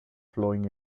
flowing